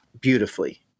beautifully